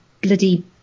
bloody